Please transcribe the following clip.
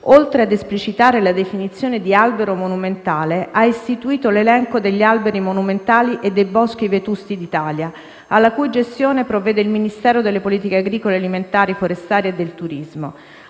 oltre ad esplicitare la definizione di "albero monumentale", ha istituito l'elenco degli alberi monumentali e dei boschi vetusti d'Italia, alla cui gestione provvede il Ministero delle politiche agricole alimentari, forestali e del turismo.